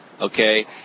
Okay